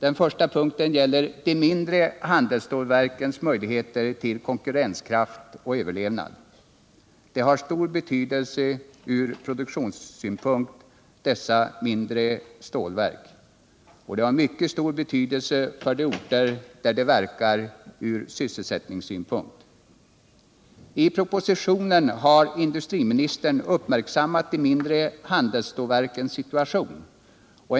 Den första punkten gäller de mindre handelsstålverkens möjligheter till konkurrenskraft och överlevnad. Dessa mindre stålverk har stor betydelse från produktionssynpunkt, och för de orter där de verkar har de mycket stor betydelse från sysselsättningssynpunkt. I propositionen har industriministern uppmärksammat de mindre handelsstålverkens situation.